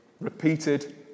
repeated